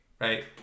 Right